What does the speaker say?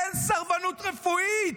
אין סרבנות רפואית.